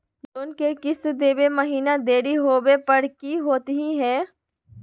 Loan के किस्त देवे महिना देरी होवे पर की होतही हे?